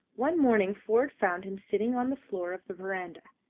one morning ford found him sitting on the floor of the verandah,